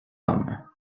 homme